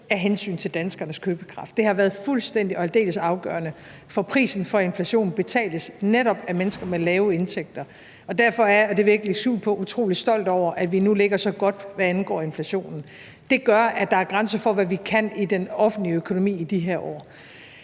af hensyn til danskernes købekraft. Det har været fuldstændig og aldeles afgørende, for prisen for inflationen betales netop af mennesker med lave indtægter, og derfor er jeg – og det vil jeg ikke lægge skjul på – utrolig stolt over, at vi nu ligger så godt, hvad angår inflationen. Det gør, at der er grænser for, hvad vi kan i den offentlige økonomi i de her år.